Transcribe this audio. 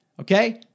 Okay